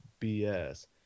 BS